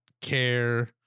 care